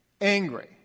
angry